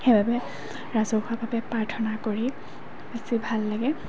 সেইবাবে ৰাজহুৱাভাৱে প্ৰাৰ্থনা কৰি বেছি ভাল লাগে